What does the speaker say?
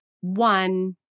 one